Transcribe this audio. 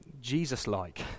Jesus-like